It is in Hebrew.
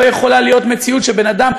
לא יכולה להיות מציאות שאדם,